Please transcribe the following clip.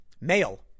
Male